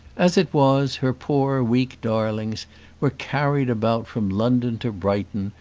as it was, her poor weak darlings were carried about from london to brighton,